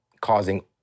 causing